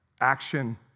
action